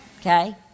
Okay